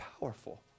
powerful